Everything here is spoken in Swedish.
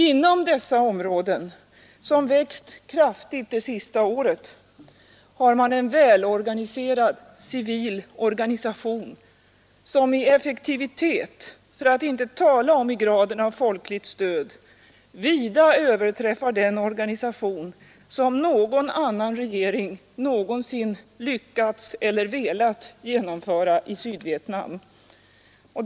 Inom dessa områden, som växt kraftigt det KERCKiNg senaste året, har man en välorganiserad civil organisation, som i effektivitet, för att inte tala om i graden av folkligt stöd, vida överträffar den organisation som någon annan regering någonsin lyckats eller velat genomföra i Sydvietnam.